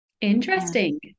Interesting